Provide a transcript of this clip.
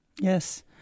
Yes